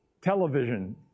television